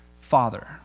father